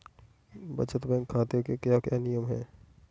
बचत बैंक खाते के क्या क्या नियम हैं?